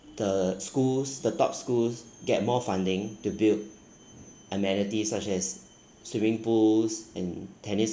the schools the top schools get more funding to build amenities such as swimming pools and tennis